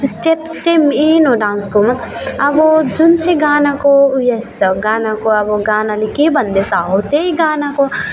steps चाहिँ main हो डान्सकोमा अब जुन चाहिँ गानाको उयस छ गानाको अब गानाले के भन्दैछ हौ त्यही गानाको